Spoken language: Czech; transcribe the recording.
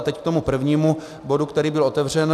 Teď k tomu prvnímu bodu, který byl otevřen.